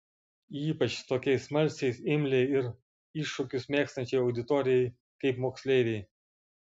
ypač tokiai smalsiai imliai ir iššūkius mėgstančiai auditorijai kaip moksleiviai